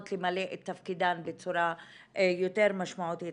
למלא את תפקידן בצורה יותר משמעותית.